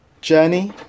journey